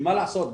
מה לעשות,